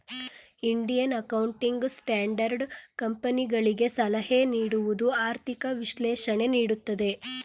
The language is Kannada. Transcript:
ಇಂಡಿಯನ್ ಅಕೌಂಟಿಂಗ್ ಸ್ಟ್ಯಾಂಡರ್ಡ್ ಕಂಪನಿಗಳಿಗೆ ಸಲಹೆ ನೀಡುವುದು, ಆರ್ಥಿಕ ವಿಶ್ಲೇಷಣೆ ನೀಡುತ್ತದೆ